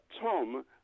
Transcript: Tom